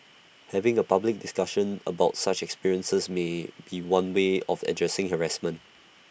having A public discussion about such experiences may be one way of addressing harassment